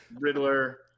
Riddler